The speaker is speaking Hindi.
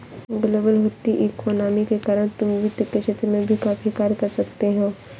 ग्लोबल होती इकोनॉमी के कारण तुम वित्त के क्षेत्र में भी काफी कार्य कर सकते हो